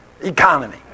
economy